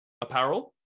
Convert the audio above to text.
apparel